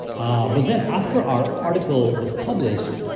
ah but then after our article was published,